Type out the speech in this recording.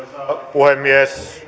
puhemies